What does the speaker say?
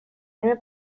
نیم